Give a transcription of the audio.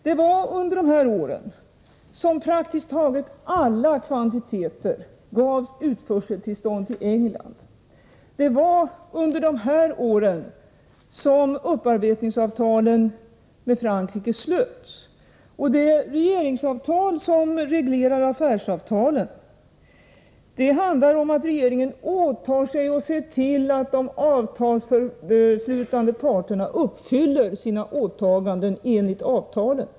Det var under de här åren som det gavs utförseltillstånd för praktiskt taget alla kvantiteter till England. Det var under de här åren som upparbetningsavtalen med Frankrike slöts. Det regeringsavtal som reglerar affärsavtalen handlar om att regeringen åtar sig att se till att de avtalsslutande parterna uppfyller sina åtaganden enligt avtalen.